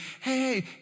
Hey